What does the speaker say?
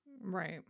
Right